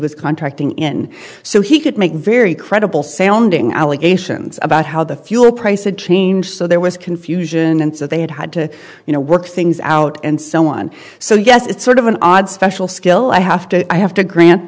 was contracting in so he could make very credible sounding allegations about how the fuel price of change so there was confusion and so they had had to you know work things out and so on so yes it's sort an odd special skill i have to i have to grant